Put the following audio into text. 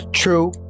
true